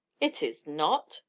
it is not,